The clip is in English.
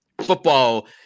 football